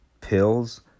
pills